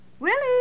Willie